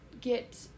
get